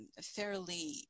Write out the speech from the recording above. fairly